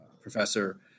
professor